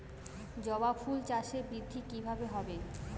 জবা ফুল চাষে বৃদ্ধি কিভাবে হবে?